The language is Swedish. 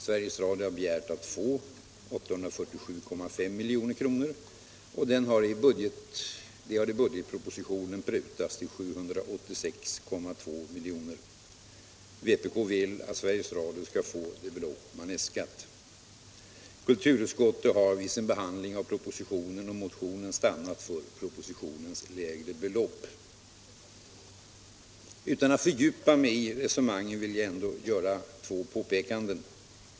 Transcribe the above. Sveriges Radio har begärt att få 847,5 milj.kr., och det äskandet har i budgetpropositionen prutats till 786,2 milj.kr. Vpk vill att Sveriges Radio skall få det belopp företaget har äskat. Kulturutskottet har vid sin behandling av propositionen och motionen stannat för propositionens lägre belopp. Utan att fördjupa mig i resonemangen vill jag ändå göra två påpekanden.